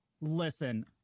listen